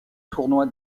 tournoi